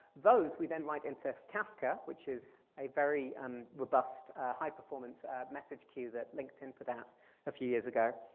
those we then write into kafka, which is a very um robust high performance message queue that linkedin put out a few years ago.